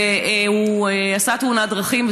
והוא עשה תאונת דרכים.